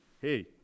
hey